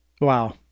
Wow